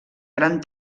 gran